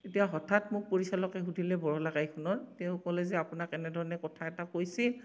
তেতিয়া হঠাৎ মোক পৰিচালকে সুধিলে বৰলা কাইখনৰ তেওঁ ক'লে যে আপোনাক এনেধৰণে কথা এটা কৈছিল